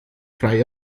frei